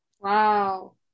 Wow